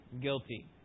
guilty